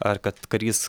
ar kad karys